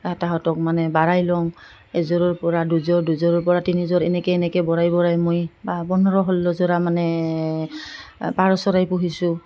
তাহাঁতক মানে বাঢ়াই লওঁ এযোৰৰ পৰা দুযোৰ দুযোৰৰ পৰা তিনিযোৰ এনেকৈ এনেকৈ বঢ়াই বঢ়াই মই বা পোন্ধৰ ষোল্লযোৰা মানে পাৰ চৰাই পুহিছোঁ